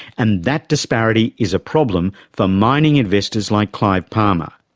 and that disparity is a problem for mining investors like clive palmer.